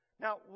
Now